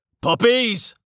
puppies